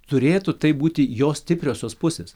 turėtų tai būti jo stipriosios pusės